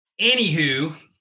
anywho